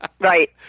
Right